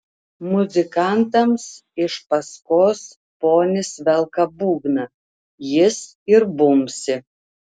muzikantams iš paskos ponis velka būgną jis ir bumbsi